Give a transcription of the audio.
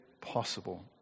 possible